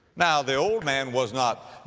now the old man was not,